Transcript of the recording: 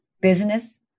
business